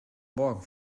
morgen